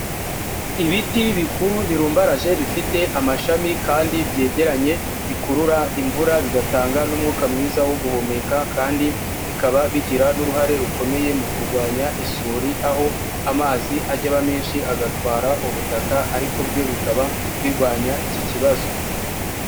Ibiti bikuru birumbaraje bifite amashami kandi byegeranye bikurura imvura bigatanga n'umwuka mwiza wo guhumeka kandi bikaba bigira n'uruhare rukomeye mu kurwanya isuri, aho amazi ajya aba menshi agatwara ubutaka ariko byo bikaba birwanya iki kibazo.